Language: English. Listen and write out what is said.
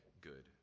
good